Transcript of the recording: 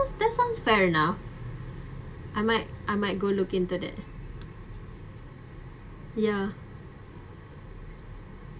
sound that sounds fair enough I might I might go look into that ya